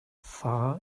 far